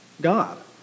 God